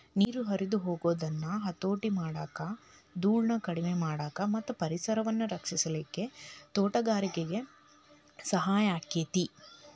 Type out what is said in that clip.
ನೇರ ಹರದ ಹೊಗುದನ್ನ ಹತೋಟಿ ಮಾಡಾಕ, ದೂಳನ್ನ ಕಡಿಮಿ ಮಾಡಾಕ ಮತ್ತ ಪರಿಸರವನ್ನ ರಕ್ಷಿಸಲಿಕ್ಕೆ ತೋಟಗಾರಿಕೆ ಸಹಾಯ ಆಕ್ಕೆತಿ